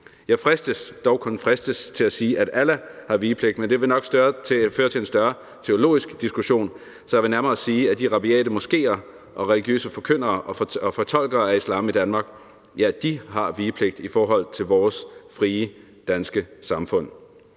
Jeg fristes – dog kun fristes – til at sige, at Allah har vigepligt, men det vil nok føre til en større teologisk diskussion, så jeg vil nærmere sige, at de rabiate moskeer og religiøse forkyndere og fortolkere af islam i Danmark har vigepligt i forhold til vores frie danske samfund.